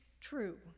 true